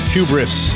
Hubris